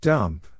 Dump